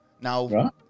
Now